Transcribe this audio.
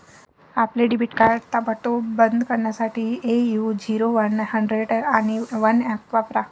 आपले debit card ताबडतोब बंद करण्यासाठी ए.यू झिरो वन हंड्रेड आणि वन ऍप वापरा